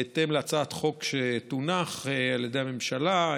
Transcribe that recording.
בהתאם להצעת חוק שתונח על ידי הממשלה.